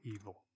evil